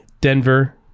Denver